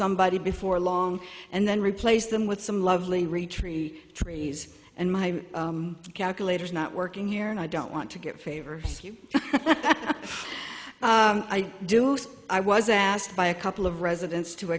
somebody before long and then replace them with some lovely retreat trees and my calculator is not working here and i don't want to get favors do i was asked by a couple of residents to